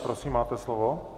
Prosím, máte slovo.